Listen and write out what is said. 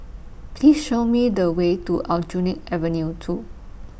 Please Show Me The Way to Aljunied Avenue two